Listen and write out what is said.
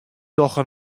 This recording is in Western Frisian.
dogge